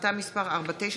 החלטה מס' 4973,